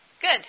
Good